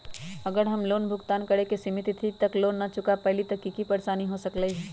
अगर हम लोन भुगतान करे के सिमित तिथि तक लोन न चुका पईली त की की परेशानी हो सकलई ह?